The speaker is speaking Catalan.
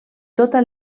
tota